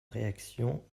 réaction